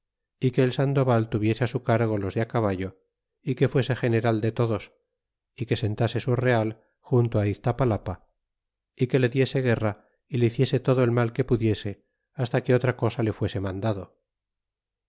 el sandoval tuviese su cargo os de caballo y que fuese general de todos y que sentase su real junto iztapalapa é que le diese guerra y le hiciese todo el mal que pudiese hasta que otra cosa le fuese mandado